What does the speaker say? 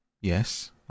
Yes